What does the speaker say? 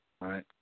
right